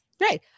Right